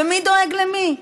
מי דואג למי?